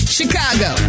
Chicago